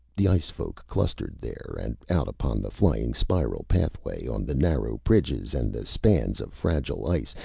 the ice-folk clustered there, and out upon the flying spiral pathway, on the narrow bridges and the spans of fragile ice,